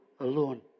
alone